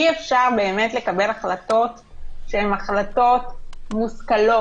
ב-24 שעות אי-אפשר באמת לקבל החלטות שהן החלטות מושכלות.